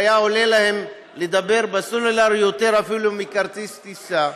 שהיה עולה להם לדבר בסלולר אפילו יותר מכרטיס טיסה.